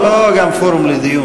זה גם לא פורום לדיון.